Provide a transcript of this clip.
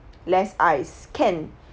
less ice can